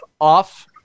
off